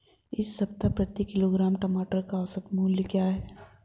इस सप्ताह प्रति किलोग्राम टमाटर का औसत मूल्य क्या है?